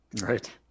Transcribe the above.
Right